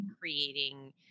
creating